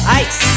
ice